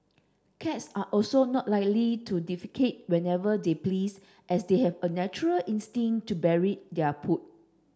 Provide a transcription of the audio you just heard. cats are also not likely to defecate wherever they please as they have a natural instinct to bury their poop